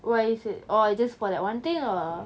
why is it oh just for that one thing or